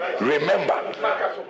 remember